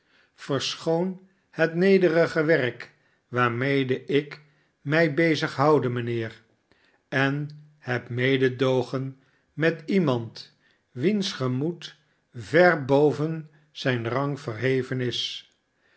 verschoon het nederige werk waarmede ik mij bezig houde mijnheer en heb mededoogen met iemand wiens gemoed ver boven zijn rang verheven is